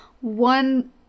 one